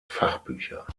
fachbücher